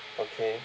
okay